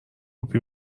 ابی